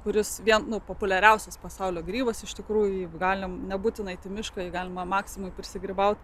kuris vien populiariausias pasaulio grybas iš tikrųjų jeigu galim nebūtina eit į mišką jeigu galima maksimoj prisigrybauti